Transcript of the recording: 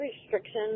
restrictions